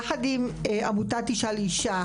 יחד עם עמותת אישה לאישה,